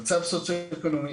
מצב סוציו-אקונומי,